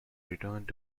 returned